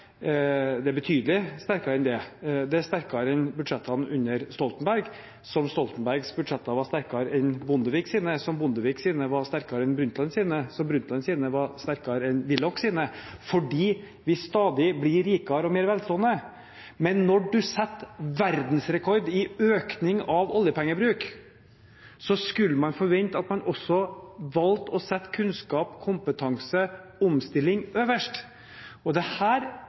er betydelig sterkere enn det. Det er sterkere enn budsjettene under Stoltenberg, som Stoltenbergs budsjetter var sterkere enn Bondeviks, som Bondeviks var sterkere enn Brundtlands, som Brundtlands var sterkere enn Willochs, fordi vi stadig blir rikere og mer velstående. Men når man setter verdensrekord i økning av oljepengebruk, skulle man forvente at man også valgte å sette kunnskap, kompetanse og omstilling øverst. Og det er her